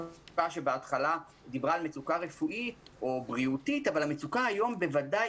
בהתחלה היתה מצוקה רפואית או בריאותית אבל המצוקה היום היא בוודאי